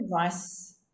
advice